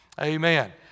Amen